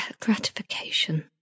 Gratification